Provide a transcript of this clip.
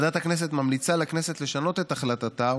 ועדת הכנסת ממליצה לכנסת לשנות את החלטתה,